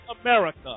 America